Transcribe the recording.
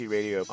Radio